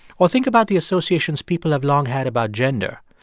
or think about the associations people have long had about gender.